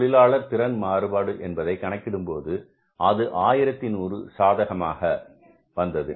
தொழிலாளர் திறன் மாறுபாடு என்பதை கணக்கிடும்போது அது 1100 சாதகமாக 1100 சாதகமாக வந்தது